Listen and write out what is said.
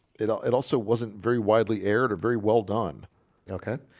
it um it also wasn't very widely aired or very well done okay,